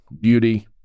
beauty